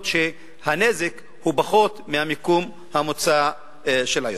שהנזק בהם הוא פחות מהמיקום המוצע של היום.